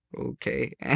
okay